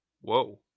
Whoa